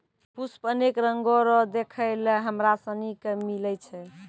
पुष्प अनेक रंगो रो देखै लै हमरा सनी के मिलै छै